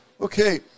Okay